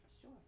Sure